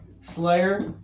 Slayer